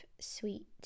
sweet